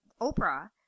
Oprah